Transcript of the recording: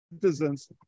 citizens